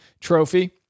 trophy